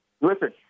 Listen